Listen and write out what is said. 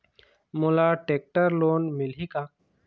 मोला tractor loan मिलही का?